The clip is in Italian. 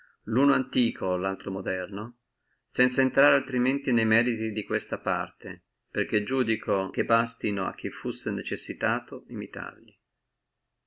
luno antiquo laltro moderno sanza intrare altrimenti ne meriti di questa parte perché io iudico che basti a chi fussi necessitato imitargli